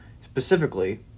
specifically